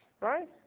right